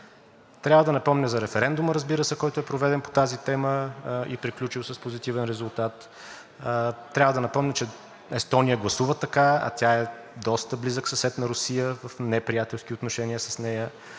Трябва да напомня за референдума, разбира се, който е проведен по тази тема и приключил с позитивен резултат. Трябва да напомня, че Естония гласува така, а тя е доста близък съсед на Русия, в неприятелски отношения с нея,